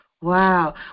wow